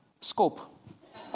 scope